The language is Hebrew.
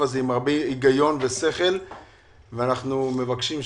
הזה הוא עם הרבה היגיון ושכל ואנחנו מבקשים,